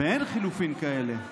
באין חילופים כאלה,